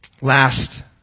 Last